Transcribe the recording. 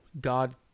God